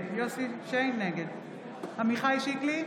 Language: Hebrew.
עמיחי שיקלי,